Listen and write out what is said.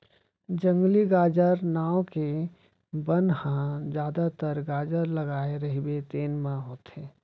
जंगली गाजर नांव के बन ह जादातर गाजर लगाए रहिबे तेन म होथे